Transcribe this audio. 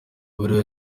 kuri